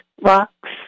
Rocks